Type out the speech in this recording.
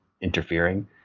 interfering